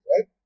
right